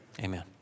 Amen